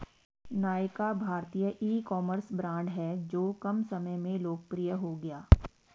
नायका भारतीय ecommerce brand हैं जो कम समय में लोकप्रिय हो गया